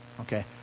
Okay